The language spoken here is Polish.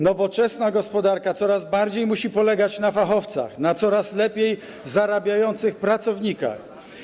Nowoczesna gospodarka coraz bardziej musi polegać na fachowcach, na coraz lepiej zarabiających pracownikach.